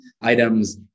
items